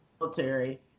military